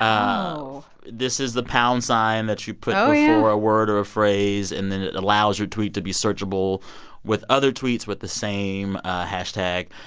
oh this is the pound sign that you put. oh, yeah. before a word or ah phrase and then it allows your tweet to be searchable with other tweets with the same hashtag.